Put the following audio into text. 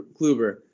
Kluber